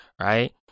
right